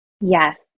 Yes